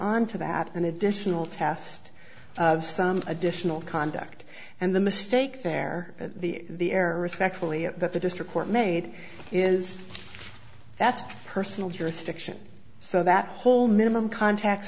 on to that an additional test of some additional conduct and the mistake there at the the air respectfully that the district court made is that's personal jurisdiction so that whole minimum contacts